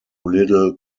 little